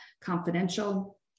confidential